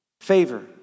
favor